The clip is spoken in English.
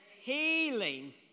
Healing